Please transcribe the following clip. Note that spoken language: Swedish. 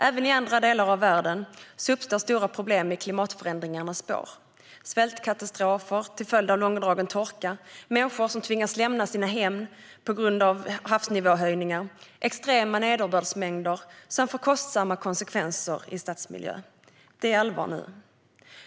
Även i andra delar av världen uppstår stora problem i klimatförändringarnas spår: svältkatastrofer till följd av långdragen torka, människor som tvingas lämna sina hem på grund av havsnivåhöjningar och extrema nederbördsmängder som får kostsamma konsekvenser i stadsmiljö. Det är allvar nu.